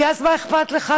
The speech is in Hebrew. כי אז מה אכפת לך?